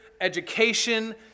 education